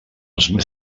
els